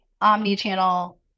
omni-channel